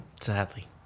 Sadly